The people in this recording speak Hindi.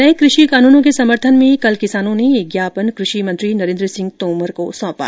नए कृषि कानूनों के समर्थन में कल किसानों ने एक ज्ञापन कृषि मंत्री नरेन्द्र सिंह तोमर को सौंपा